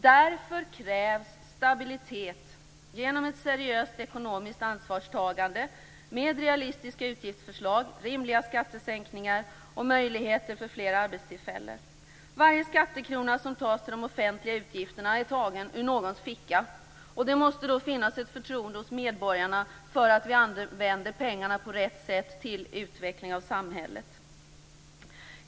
Därför krävs det stabilitet genom ett seriöst ekonomiskt ansvarstagande, med realistiska utgiftsförslag, rimliga skattesänkningar och möjligheter till fler arbetstillfällen. Varje skattekrona som tas till de offentliga utgifterna är tagen ur någons ficka. Det måste då finnas ett förtroende hos medborgarna för att vi på rätt sätt använder pengarna till utveckling av samhället.